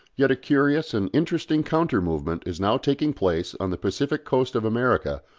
yet a curious and interesting counter movement is now taking place on the pacific coast of america,